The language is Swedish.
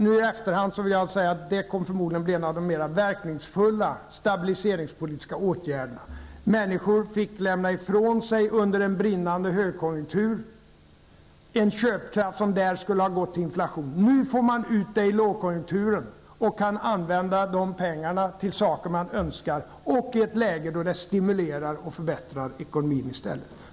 Nu så här i efterhand vill jag säga att detta kom att bli en av de mer verkningsfulla stabiliseringspolitiska åtgärderna. Under en brinnande högkonjunktur fick människor lämna ifrån sig en köpkraft som annars hade gått till inflation. Nu, under lågkonjuktur, får man tillbaka pengarna och kan använda dem till saker som man önskar i ett läge då de i stället förbättrar och stimulerar ekonomin.